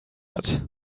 hat